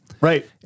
Right